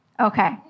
Okay